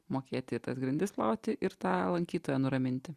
mokėti ir tas grindis plauti ir tą lankytoją nuraminti